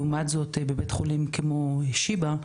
לעומת זאת בבית חולים כמו שיבא,